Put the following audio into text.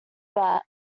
bat